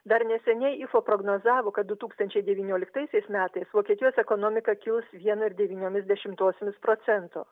dar neseniai ifo prognozavo kad du tūkstančiai devynioliktaisiais metais vokietijos ekonomika kils vienu ir devyniomis dešimtosiomis procento